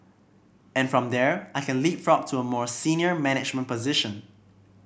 and from there I can leapfrog to a more senior management position